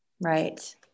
Right